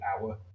hour